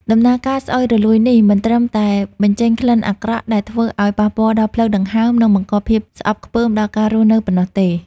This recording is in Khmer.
ដំណើរការស្អុយរលួយនេះមិនត្រឹមតែបញ្ចេញក្លិនអាក្រក់ដែលធ្វើឱ្យប៉ះពាល់ដល់ផ្លូវដង្ហើម និងបង្កភាពស្អប់ខ្ពើមដល់ការរស់នៅប៉ុណ្ណោះទេ។